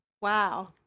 wow